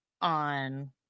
on